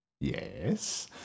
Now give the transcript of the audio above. Yes